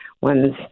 one's